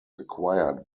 acquired